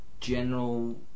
general